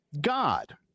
God